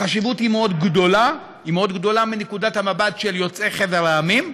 החשיבות מאוד גדולה מנקודת המבט של יוצאי חבר המדינות,